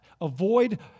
Avoid